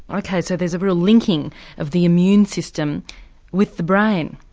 ok, so there's a real linking of the immune system with the brain?